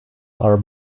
are